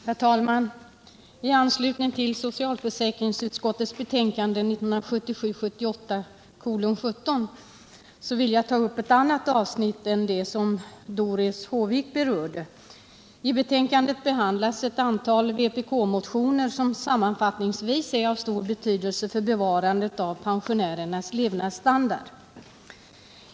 Herr talman! I anslutning till socialförsäkringsutskottets betänkande 1977/ 78:17 vill jag ta upp ett annat avsnitt än det som Doris Håvik berörde. I betänkandet behandlas ett antal vpk-motioner, som sammanfattningsvis är av stor betydelse för bevarandet av pensionärernas levnadsstandard.